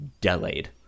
delayed